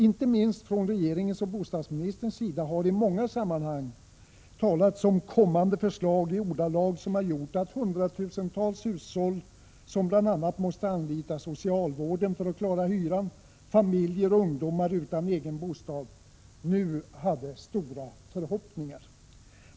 Inte minst från regeringens och bostadsministerns sida har i många sammanhang talats om kommande förslag i ordalag som gjort att hundratusentals hushåll, som bl.a. måste anlita socialvården för att klara hyran, samt familjer och ungdomar utan egen bostad nu hade stora förhoppningar.